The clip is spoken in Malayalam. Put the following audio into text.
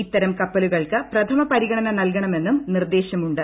ഇത്തരം കപ്പലുകൾക്ക് പ്രഥമ പരിഗണന നൽകണമെന്നും നിർദേശമുണ്ട്